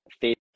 faith